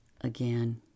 again